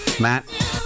Matt